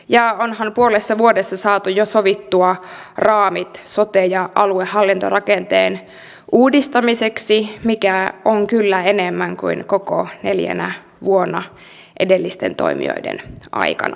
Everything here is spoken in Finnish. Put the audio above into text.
ja onhan puolessa vuodessa saatu jo sovittua raamit sote ja aluehallintorakenteen uudistukseen mikä on kyllä enemmän kuin koko neljänä vuonna edellisten toimijoiden aikana sanoisin